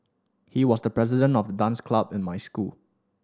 he was the president of the dance club in my school